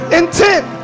intent